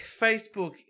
Facebook